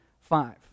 five